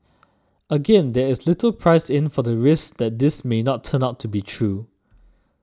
again there is little priced in for the risk that this may not turn out to be true